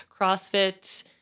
CrossFit